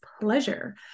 pleasure